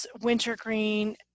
Wintergreen